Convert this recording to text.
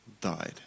died